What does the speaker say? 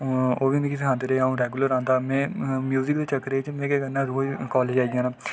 ओह्बी मिगी सखांदे रेह् अ'ऊं रैगुलर औंदा रेहा म्युजिक दे चक्कर च में केह् करना कि रोज कालेज आई जाना